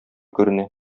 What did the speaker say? күренә